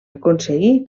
aconseguir